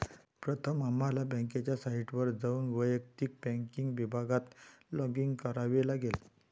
प्रथम आम्हाला बँकेच्या साइटवर जाऊन वैयक्तिक बँकिंग विभागात लॉगिन करावे लागेल